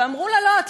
ואמרו לה: לא,